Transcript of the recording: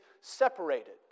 separated